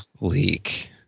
leak